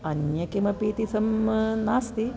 अन्यत् किमपि इति नास्ति